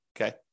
okay